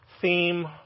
theme